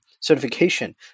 certification